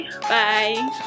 Bye